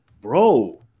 bro